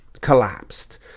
collapsed